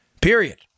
period